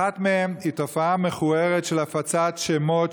אחת מהן היא תופעה מכוערת של הפצת שמות,